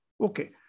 Okay